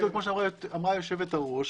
כפי שאמרה יושבת-הראש,